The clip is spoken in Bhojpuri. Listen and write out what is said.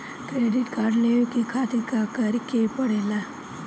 क्रेडिट कार्ड लेवे के खातिर का करेके पड़ेला?